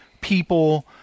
people